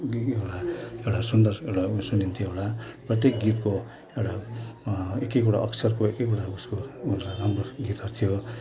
गीत एउटा एउटा सुन्दर एउटा उयो सुनिन्थ्यो एउटा प्रत्येक गीतको एउटा एक एकवटा अक्षरको एक एकवटा उयसको राम्रो गीतहरू थियो